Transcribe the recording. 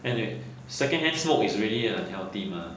anyway secondhand smoke is really unhealthy mah